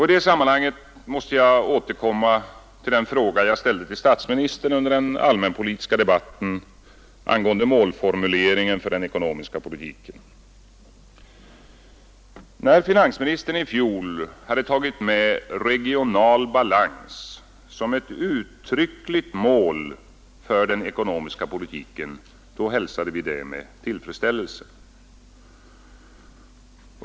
I det sammanhanget måste jag återkomma till den fråga jag ställde till statsministern under den allmänpolitiska debatten angående målformuleringen för den ekonomiska politiken. När finansministern i fjol hade tagit med regional balans som ett uttryckligt mål för den ekonomiska politiken hälsade vi det med tillfredsställelse.